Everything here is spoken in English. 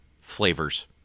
Flavors